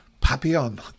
Papillon